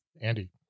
Andy